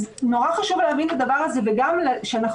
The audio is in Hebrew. אז נורא חשוב להבין את הדבר הזה וגם כשנדע